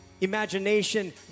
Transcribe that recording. imagination